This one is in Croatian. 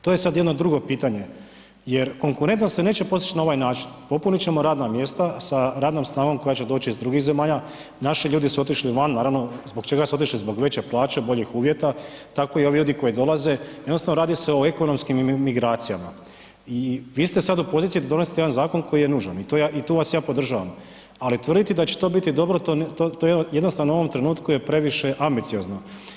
To je sad jedno drugo pitanje jer konkurentnost se neće postići na ovaj način, popunit ćemo radna mjesta sa radnom snagom koja će doći iz drugih zemalja, naši ljudi su otišli van, naravno zbog čega su otišli, zbog veće plaće, boljih uvjeta tako i ovi ljudi koji dolaze, jednostavno radi se o ekonomskim migracijama i vi ste sad u poziciji da donosite jedan zakon koji je nužan i tu vas podržavam ali tvrditi da će to biti dobro, to je jednostavno u ovom trenutku je previše ambiciozno.